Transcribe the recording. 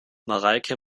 mareike